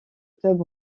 club